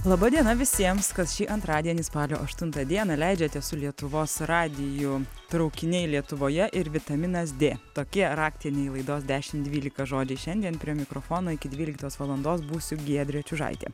laba diena visiems kas šį antradienį spalio aštuntą dieną leidžiate su lietuvos radiju traukiniai lietuvoje ir vitaminas dė tokie raktiniai laidos dešimt dvylika žodžiai šiandien prie mikrofono iki dvyliktos valandos būsiu giedrė čiužaitė